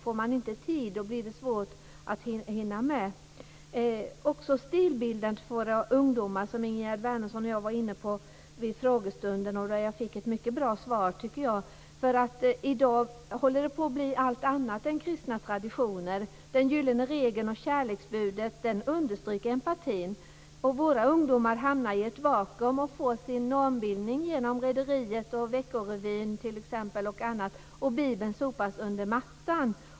Får man inte tid blir det ju svårt att hinna med. Ingegerd Wärnersson och jag var under frågestunden inne på detta med stilbildande. Jag tycker att jag fick ett mycket bra svar. I dag håller det på att bli fråga om allt annat än kristna traditioner. Den gyllene regeln om kärleksbudet understryker empatin. Våra ungdomar hamnar i ett vakuum och får sin normbildning t.ex. genom Rederiet och Vecko Revyn. Bibeln sopas under mattan.